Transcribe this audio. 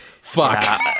fuck